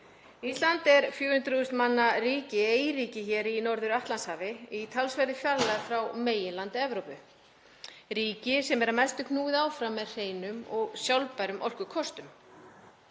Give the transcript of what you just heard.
Ísland er 400.000 manna ríki, eyríki í Norður-Atlantshafi í talsverðri fjarlægð frá meginlandi Evrópu; ríki sem er að mestu knúið áfram með hreinum og sjálfbærum orkukostum.